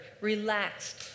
relaxed